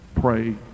pray